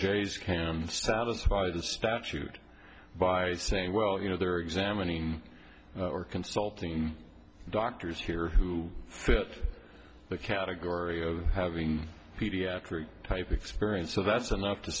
scam satisfied the statute by saying well you know they're examining or consulting doctors here who fit the category o having pediatric type experience so that's enough to